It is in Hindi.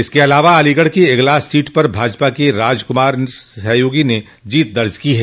इसके अलावा अलीगढ़ की इगलास सीट पर भाजपा के राजकुमार सहयोगी ने जीत दर्ज की है